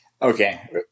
Okay